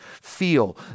feel